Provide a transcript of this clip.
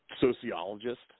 sociologist